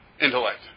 intellect